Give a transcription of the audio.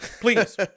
please